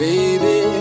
Baby